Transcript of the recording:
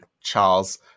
Charles